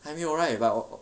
还没有 right but 我我